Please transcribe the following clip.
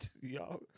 y'all